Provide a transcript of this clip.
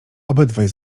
obydwaj